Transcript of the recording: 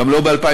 גם לא ב-2011,